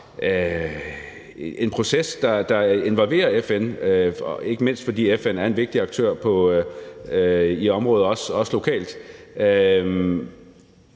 en proces, der involverer FN, ikke mindst fordi FN er en vigtig aktør i området også lokalt.